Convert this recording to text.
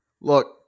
look